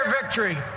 victory